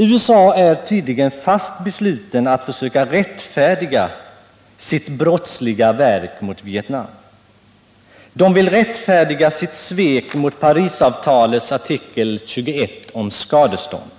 USA är tydligen fast beslutet att försöka rättfärdiga sitt brottsliga verk mot Vietnam. USA vill rättfärdiga sitt svek mot Parisavtalets artikel 21 om skadestånd.